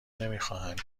نمیخواهند